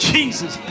Jesus